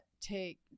take